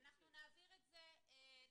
אנחנו נעביר את זה לפרופסור.